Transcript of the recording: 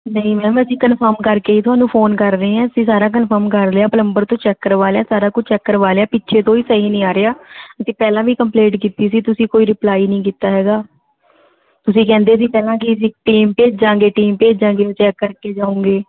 ਨਹੀਂ ਮੈਮ ਅਸੀਂ ਕਨਫਰਮ ਕਰਕੇ ਤੁਹਾਨੂੰ ਫੋਨ ਕਰ ਰਹੇ ਹਾਂ ਅਸੀਂ ਸਾਰਾ ਕਨਫਰਮ ਕਰ ਲਿਆ ਪਲੰਬਰ ਤੋਂ ਚੈੱਕ ਕਰਵਾ ਲਿਆ ਸਾਰਾ ਕੁੱਝ ਚੈੱਕ ਕਰਵਾ ਲਿਆ ਪਿੱਛੇ ਤੋਂ ਵੀ ਸਹੀ ਨਹੀਂ ਆ ਰਿਹਾ ਅਸੀਂ ਪਹਿਲਾਂ ਵੀ ਕੰਪਲੇਂਟ ਕੀਤੀ ਸੀ ਤੁਸੀਂ ਕੋਈ ਰਿਪਲਾਈ ਨਹੀਂ ਕੀਤਾ ਹੈ ਤੁਸੀਂ ਕਹਿੰਦੇ ਸੀ ਪਹਿਲਾਂ ਕਿ ਅਸੀਂ ਟੀਮ ਭੇਜਾਂਗੇ ਟੀਮ ਭੇਜਾਂਗੇ ਚੈੱਕ ਕਰਕੇ ਜਾਣਗੇ